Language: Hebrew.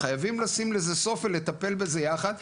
חייבים לשים לזה סוף ולטפל בזה יחד,